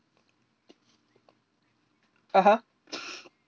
(uh huh)